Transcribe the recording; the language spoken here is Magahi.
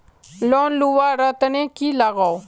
लोन लुवा र तने की लगाव?